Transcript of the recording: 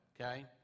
okay